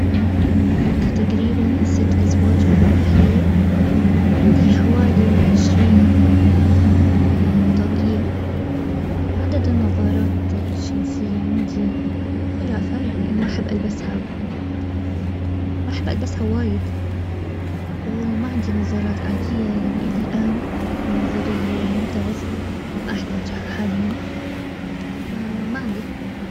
عندي تقريبا ست ازواج من الاحذية وعندي حوالي عشرين يعني طاقية وعدد النظارات الشمسية عندي ثلاثة يعني انا ما احب البسها ما احب البسها وايد وما عندي نظارات عاديه يعني الى الان نظري ممتاز ما احتاجها حاليا. فما عندي